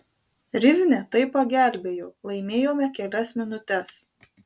rivne tai pagelbėjo laimėjome kelias minutes